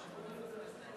שלוש דקות,